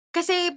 Kasi